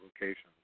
locations